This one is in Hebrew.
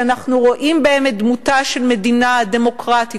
שאנחנו רואים בהן את דמותה של מדינה דמוקרטית,